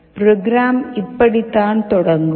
program இப்படித்தான் தொடங்கும்